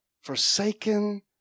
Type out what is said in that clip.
forsaken